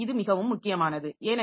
இப்போது இது மிகவும் முக்கியமானது